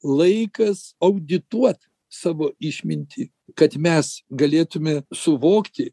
laikas audituot savo išmintį kad mes galėtume suvokti